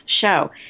show